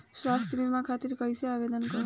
स्वास्थ्य बीमा खातिर कईसे आवेदन करम?